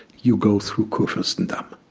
you go through kurfurstendamm.